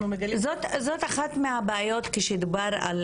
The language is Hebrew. אנחנו מגלים --- זאת אחת מהבעיות כשדובר על